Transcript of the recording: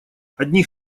одних